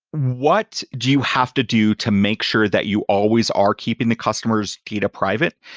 what do you have to do to make sure that you always are keeping the customers key to private,